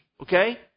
okay